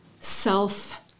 self